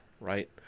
right